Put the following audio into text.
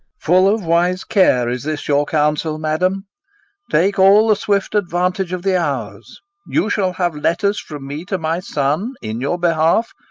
full of wise care is this your counsel, madam take all the swift advantage of the hours you shall have letters from me to my son in your behalf,